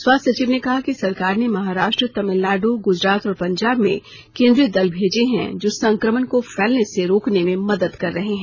स्वास्थ्य सचिव ने कहा कि सरकार ने महाराष्ट्र तमिलनाडु गुजरात और पंजाब में केंद्रीय दल भेजे हैं जो संक्रमण को फैलने से रोकने में मदद कर रहे हैं